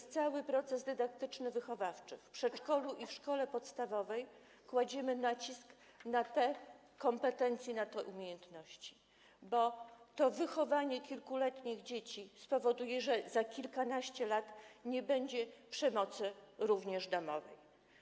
W całym procesie dydaktycznym, wychowawczym w przedszkolu i w szkole podstawowej kładziemy nacisk na te kompetencje, na te umiejętności, bo to wychowanie kilkuletnich dzieci spowoduje, że za kilkanaście lat nie będzie przemocy również domowej.